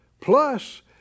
plus